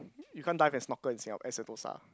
you can't dive and snorkel in singa~ at Sentosa